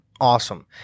awesome